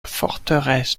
forteresse